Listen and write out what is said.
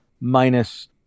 minus